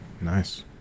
Nice